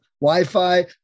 wi-fi